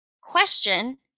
question